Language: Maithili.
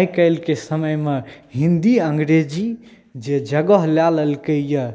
आइकाल्हिके समयमे हिन्दी अङ्गरेजी जे जगह लेलकैए